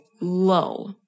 low